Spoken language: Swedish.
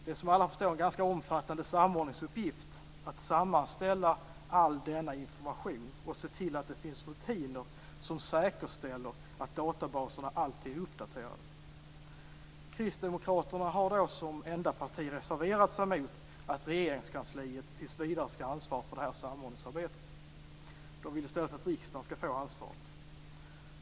Det är som alla förstår en ganska omfattande samordningsuppgift att sammanställa all denna information och se till att det finns rutiner som säkerställer att databaserna alltid är uppdaterade. Kristdemokraterna har som enda parti reserverat sig mot att Regeringskansliet tills vidare skall ha ansvaret för samordningsarbetet. De vill i stället att riksdagen skall få ansvaret.